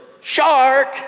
Shark